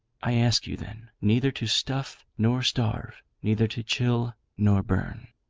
i ask you, then, neither to stuff nor starve neither to chill nor burn.